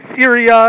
Syria